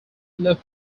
local